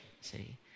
see